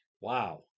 Wow